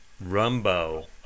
Rumbo